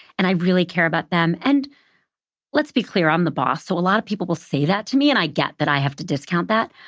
and i really care about them. and let's be clear, i'm the boss, so a lot of people will say that to me, and i get that i have to discount that.